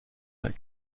that